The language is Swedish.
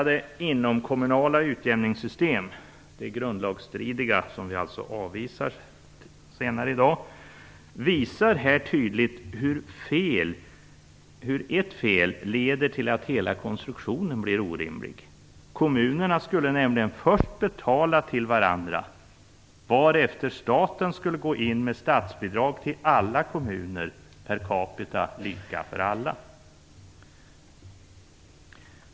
det grundlagsstridiga, som vi alltså skall avvisa senare i dag - visar här tydligt hur ett fel leder till att hela konstruktionen blir orimlig. Kommunerna skulle nämligen först betala till varandra, varefter staten skulle gå in med statsbidrag till alla kommuner per capita, lika för alla.